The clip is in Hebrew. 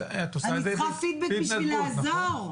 אני צריכה פידבק בשביל לעזור.